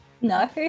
no